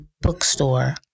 Bookstore